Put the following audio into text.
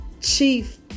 Chief